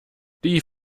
die